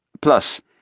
Plus